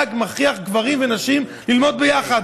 שהמל"ג מכריח גברים ונשים ללמוד ביחד.